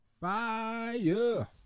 Fire